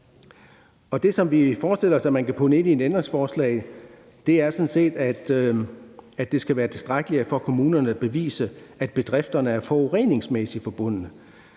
Det, som vi forestiller os at man kan putte ind i et ændringsforslag, er sådan set, at det skal være tilstrækkeligtfor kommunerne at bevise, at bedrifterne er forureningsmæssigt forbundne,